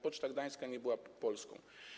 Poczta gdańska nie była polska.